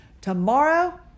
Tomorrow